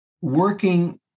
working